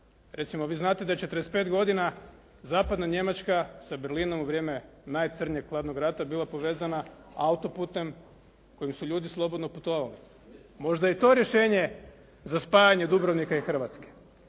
Recimo vi znate da je 45 godina Zapadna Njemačka sa Berlinom u vrijeme najcrnjeg Hladnog rata je bila povezana autoputom kojim su ljudi slobodno putovali. Možda je to rješenje za spajanje Dubrovnika i Hrvatske.